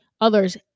others